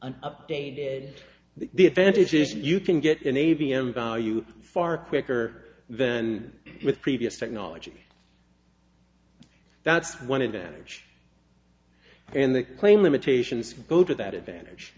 an updated the advantages you can get in a v m value far quicker than with previous technology that's one advantage and they claim limitations go to that advantage